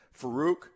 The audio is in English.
Farouk